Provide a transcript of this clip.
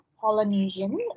Polynesian